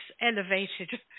elevated